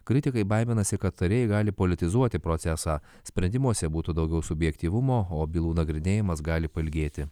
kritikai baiminasi kad tarėjai gali politizuoti procesą sprendimuose būtų daugiau subjektyvumo o bylų nagrinėjimas gali pailgėti